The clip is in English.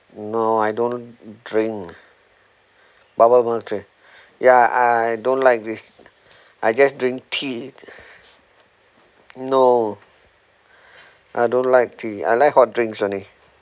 no I don't drink bubble [one] drink yeah I don't like this I just drink tea no I don't like tea I like hot drinks any